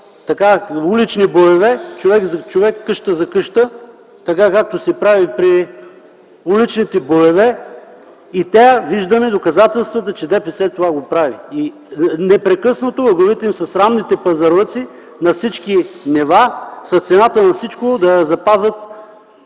казал „улични боеве”, човек за човек, къща за къща, така както се прави при „уличните боеве”, и виждаме доказателствата, че ДПС го прави. Непрекъснато в главите им са срамните пазарлъци на всички нива с цената на всичко да запазят